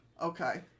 Okay